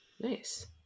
nice